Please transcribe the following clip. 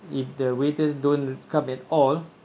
if the waiters don't come at all